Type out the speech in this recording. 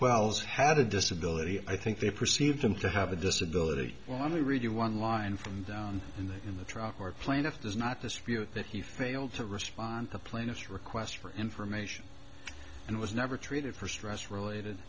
qualls had a disability i think they perceive him to have a disability well let me read you one line from down in the in the truck or plaintiff does not dispute that he failed to respond to plaintiff's request for information and was never treated for stress related